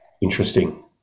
interesting